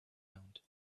round